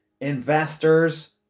investors